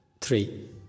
Three